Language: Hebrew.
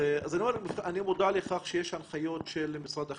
אני מודע לכך שיש הנחיות של משרד החינוך.